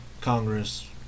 Congress